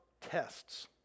tests